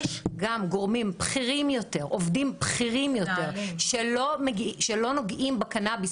יש גם עובדים בכירים יותר שלא נוגעים בקנאביס